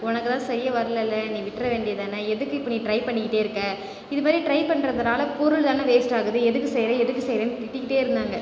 உனக்கு தான் செய்ய வர்லல்ல நீ விட்டுற வேண்டியது தானே எதுக்கு இப்போ நீ ட்ரை பண்ணிக்கிட்டே இருக்கற இதுமாதிரி ட்ரை பண்ணுறதுனால பொருள் தானே வேஸ்ட் ஆகுது எதுக்கு செய்கிற எதுக்கு செய்கிறன்னு திட்டிக்கிட்டே இருந்தாங்க